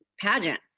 pageant